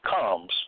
comes